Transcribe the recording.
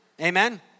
Amen